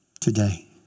today